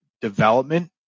development